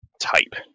type